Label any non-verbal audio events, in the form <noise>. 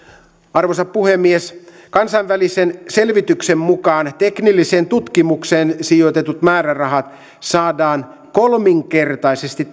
arvoisa puhemies kansainvälisen selvityksen mukaan teknilliseen tutkimukseen sijoitetut määrärahat saadaan kolminkertaisesti <unintelligible>